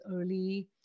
early